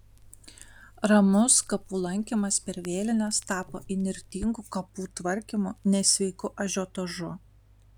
ramus kapų lankymas per vėlines tapo įnirtingu kapų tvarkymu nesveiku ažiotažu